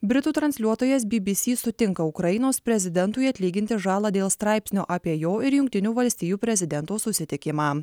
britų transliuotojas by by si sutinka ukrainos prezidentui atlyginti žalą dėl straipsnio apie jo ir jungtinių valstijų prezidento susitikimą